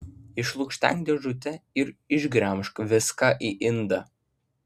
išlukštenk dėžutę ir išgremžk viską į indą